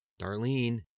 Darlene